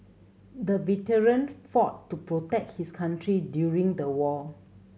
the veteran fought to protect his country during the war